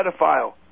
pedophile